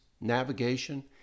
navigation